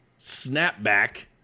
Snapback